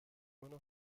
immer